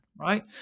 right